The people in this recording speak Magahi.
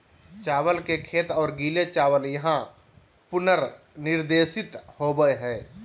चावल के खेत और गीले चावल यहां पुनर्निर्देशित होबैय हइ